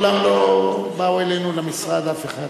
מעולם לא באו אלינו למשרד אף אחד.